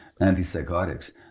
antipsychotics